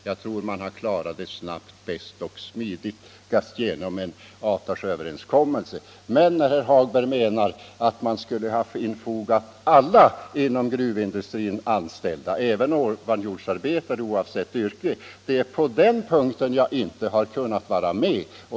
Jag tror att man klarar det snabbast, bäst och smidigast genom en avtalsöverenskommelse. Det är när herr Hagberg menar att man skulle ha infogat alla inom gruvindustrin anställda — även ovanjordsarbetare, oavsett yrke —i en sociallagstiftning som jag inte har kunnat vara med.